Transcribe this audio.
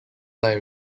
line